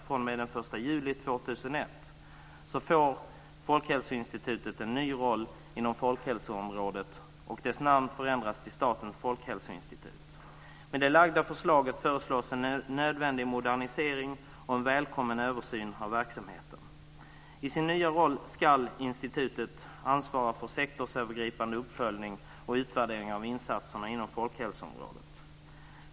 I den framlagda propositionen om Med det framlagda förslaget föreslås en nödvändig modernisering och en välkommen översyn av verksamheten. I sin nya roll ska institutet ansvara för sektorsövergripande uppföljning och utvärdering av insatserna inom folkhälsoområdet.